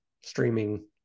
streaming